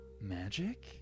magic